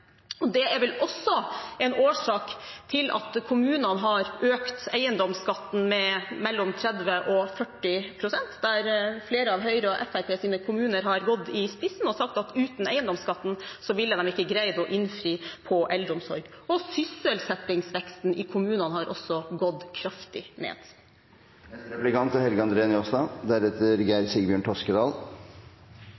regjeringen. Det er vel også en årsak til at kommunene har økt eiendomsskatten med 30–40 pst. Flere av Høyres og Fremskrittspartiets kommuner har gått i spissen og sagt at uten eiendomsskatten ville de ikke ha greid å innfri når det gjelder eldreomsorg. Sysselsettingsveksten i kommunene har også gått kraftig